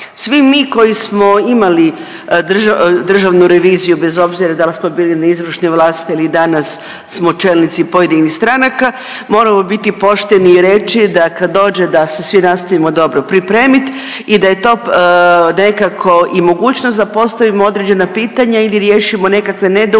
Svi mi koji smo imali državnu reviziju bez obzira da li smo bili u izvršnoj vlasti ili danas smo čelnici pojedinih stranaka moramo biti pošteni i reći da kad dođe da se svi nastojimo dobro pripremiti i da je to nekako i mogućnost da postavimo određena pitanja ili riješimo nekakve nedoumice i